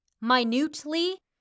minutely